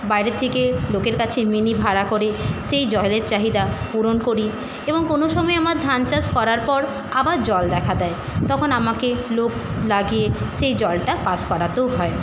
বাইরের থেকে লোকের কাছে মিনি ভাড়া করে সেই জলের চাহিদা পূরণ করি এবং কোনো সময় আমার ধান চাষ করার পর আবার জল দেখা দেয় তখন আমাকে লোক লাগিয়ে সেই জলটা পাস করাতেও হয়